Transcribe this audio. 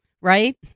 right